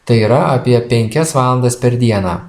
tai yra apie penkias valandas per dieną